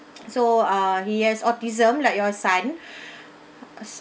so uh he has autism like your son